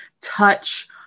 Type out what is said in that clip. touch